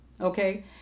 Okay